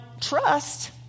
trust